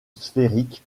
sphérique